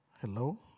Hello